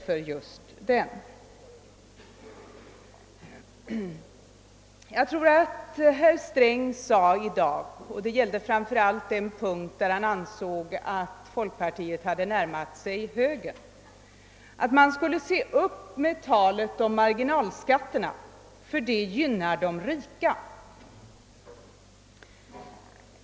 Om jag minns rätt sade herr Sträng i dag — det gällde den punkt där folkpartiet enligt hans åsikt hade närmat sig moderata samlingspartiet — att man skulle se upp med talet om marginalskatterna, eftersom det gynnar de rika.